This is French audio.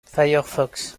firefox